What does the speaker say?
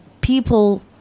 people